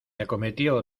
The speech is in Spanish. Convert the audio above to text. acometió